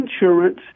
insurance